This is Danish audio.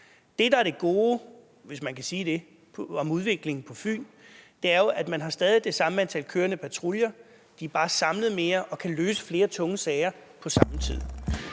kan sige det om udviklingen på Fyn, er jo, at man stadig har det samme antal kørende patruljer – de er bare samlet mere og kan løse flere tunge sager på samme tid.